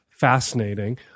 fascinating